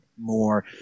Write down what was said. more